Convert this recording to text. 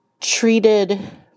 treated